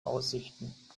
aussichten